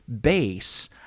base